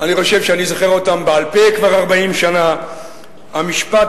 אני חושב שאני זוכר אותם בעל-פה כבר 40 שנה: "המשפט,